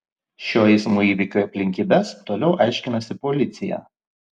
šio eismo įvykio aplinkybes toliau aiškinasi policija